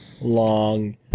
long